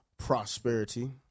prosperity